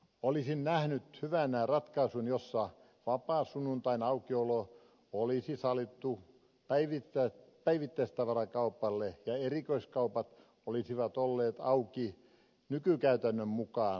olisin nähnyt hyvänä ratkaisun jossa vapaa sunnuntain aukiolo olisi sallittu päivittäistavarakaupalle ja erikoiskaupat olisivat olleet auki nykykäytännön mukaan